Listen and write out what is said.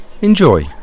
Enjoy